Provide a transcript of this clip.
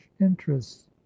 interests